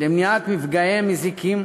למניעת מפגעי מזיקים,